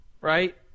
right